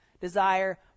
Desire